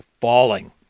falling